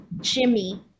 Jimmy